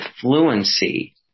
fluency